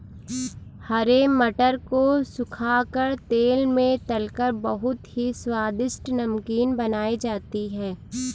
हरे मटर को सुखा कर तेल में तलकर बहुत ही स्वादिष्ट नमकीन बनाई जाती है